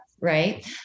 right